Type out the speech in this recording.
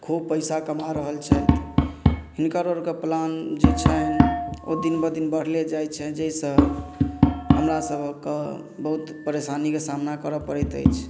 खूब पैसा कमा रहल छथि हिनकर आओर कऽ प्लान जे छनि ओ दिन बदिन बढ़ले जाइ छनि जाहिसँ हमरा सभके बहुत परेशानी कऽ सामना करऽ पड़ैत अछि